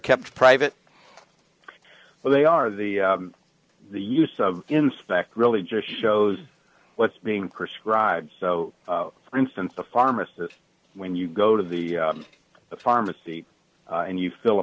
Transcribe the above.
kept private where they are the the use of inspect really just shows what's being prescribed so for instance a pharmacist when you go to the pharmacy and you fill a